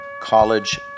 college